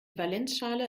valenzschale